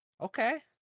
okay